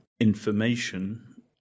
information